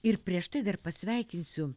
ir prieš tai dar pasveikinsiu